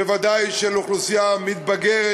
בוודאי של אוכלוסייה מתבגרת,